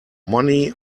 money